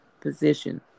position